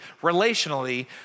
relationally